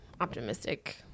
optimistic